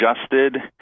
adjusted